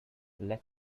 let